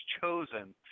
chosen